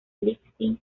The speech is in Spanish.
leipzig